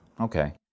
Okay